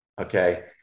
okay